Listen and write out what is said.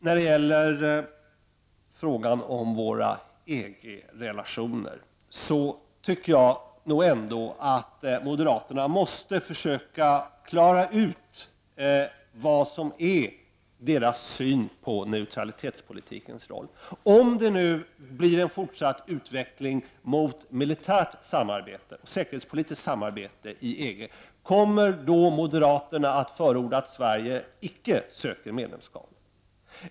När det gäller våra EG-relationer anser jag att moderaterna måste försöka klara ut vilken deras syn är på neutralitetspolitikens roll. Om det blir en fortsatt utveckling mot militärt och säkerhetspolitiskt samarbete inom EG, kommer då moderaterna att förorda att Sverige icke söker medlemskap?